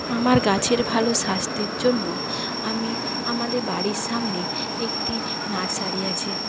আমার গাছের ভালো স্বাস্থ্যের জন্য আমি আমাদের বাড়ির সামনে একটি নার্সারি আছে